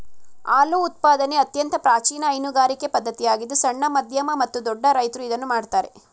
ಹಾಲು ಉತ್ಪಾದನೆ ಅತ್ಯಂತ ಪ್ರಾಚೀನ ಹೈನುಗಾರಿಕೆ ಪದ್ಧತಿಯಾಗಿದ್ದು ಸಣ್ಣ, ಮಧ್ಯಮ ಮತ್ತು ದೊಡ್ಡ ರೈತ್ರು ಇದನ್ನು ಮಾಡ್ತರೆ